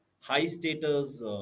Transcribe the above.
high-status